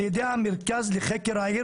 על ידי המרכז לחקר העיר